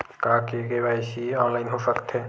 का KYC online हो सकथे?